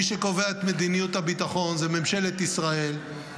מי שקובע את מדיניות הביטחון זה ממשלת ישראל,